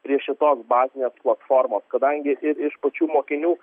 prie šitos bazinės platformos kadangi iš pačių mokinių